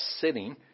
sitting